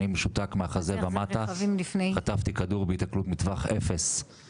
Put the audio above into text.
ואני רץ פה בחדרים של חברי הכנסת ומספר להם את החרפה הזאת שקרתה,